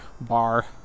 bar